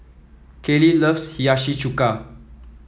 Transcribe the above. Kalie loves Hiyashi Chuka